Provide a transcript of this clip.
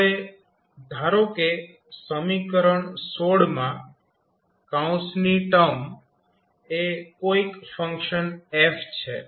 હવે ધારો કે સમીકરણ માં કૌંસની ટર્મ એ કોઈક ફંક્શન f છે